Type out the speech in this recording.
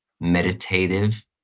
meditative